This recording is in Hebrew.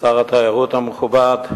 שר התיירות המכובד,